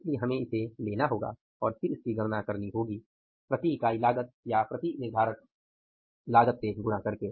इसलिए हमें इसे लेना होगा और फिर इसकी गणना करनी होगी प्रति इकाई लागत या प्रति निर्धारक लागत से गुणा करके